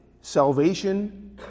Salvation